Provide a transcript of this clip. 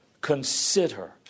consider